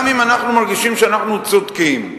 גם אם אנחנו מרגישים שאנחנו צודקים,